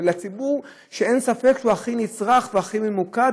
ולציבור שאין ספק שהוא הכי נצטרך והכי ממוקד.